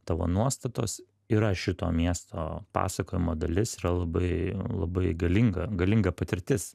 tavo nuostatos yra šito miesto pasakojimo dalis yra labai labai galinga galinga patirtis